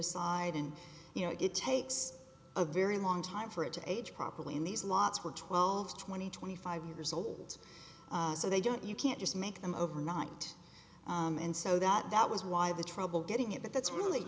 aside and you know it takes a very long time for it to age properly in these lots were twelve twenty twenty five years old so they don't you can't just make them overnight and so that was why the trouble getting it that that's really